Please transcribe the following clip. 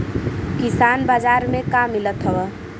किसान बाजार मे का मिलत हव?